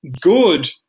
good